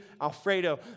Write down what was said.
Alfredo